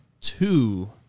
two